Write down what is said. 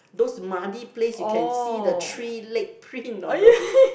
those muddy place you can see the three leg print on those